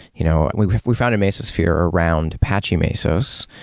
you know we've we've founded mesosphere around apache mesos,